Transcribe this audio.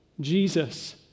Jesus